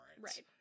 Right